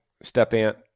step-aunt